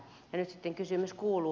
nyt kysymys kuuluu